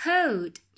Code